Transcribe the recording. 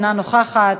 אינה נוכחת,